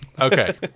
Okay